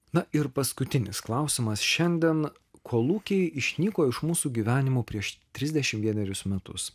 na ir paskutinis klausimas šiandien kolūkiai išnyko iš mūsų gyvenimo prieš trisdešimt vienerius metus